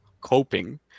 coping